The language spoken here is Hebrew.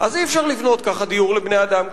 אז אי-אפשר לבנות כך דיור לבני-אדם,